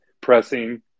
pressing